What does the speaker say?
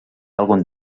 algun